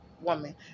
woman